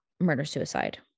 murder-suicide